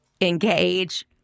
engage